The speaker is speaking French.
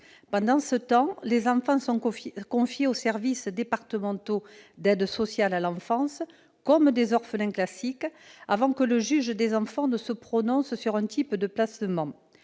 Pendant ce temps, les enfants sont confiés aux services départementaux d'aide sociale à l'enfance, comme des orphelins classiques, avant que le juge des enfants ne se prononce sur un type de placement